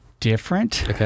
Different